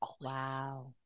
Wow